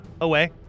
away